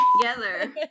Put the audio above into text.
together